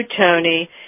Tony